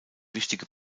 wichtige